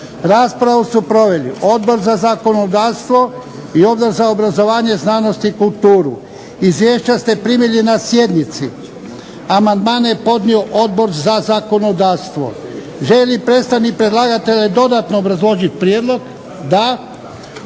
Raspravu su proveli Odbor za zakonodavstvo i Odbor za obrazovanje, znanost i kulturu. Izvješća ste primili na sjednici. Amandmane je podnio Odbor za zakonodavstvo. Želi li predstavnik predlagatelja dodatno obrazložiti prijedlog? Da.